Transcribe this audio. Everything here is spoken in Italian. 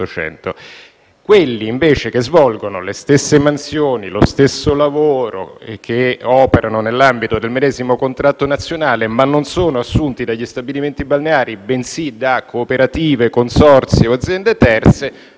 Quelli che invece svolgono le stesse mansioni, lo stesso lavoro, e che operano nell'ambito del medesimo contratto nazionale, ma non sono assunti dagli stabilimenti balneari, bensì da cooperative, consorzi o aziende terze,